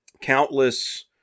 countless